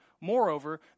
Moreover